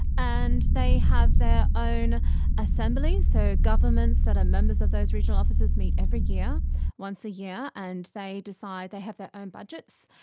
and they have their own assembly, so governments that are members of those regional offices meet every year once a year, yeah and they decide, they have their own budgets,